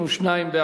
התשע"ב 2012, נתקבל.